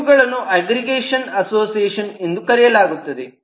ಇವುಗಳನ್ನು aggregation association ಎಂದು ಕರೆಯಲಾಗುತ್ತದೆ